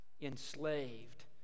enslaved